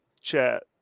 chat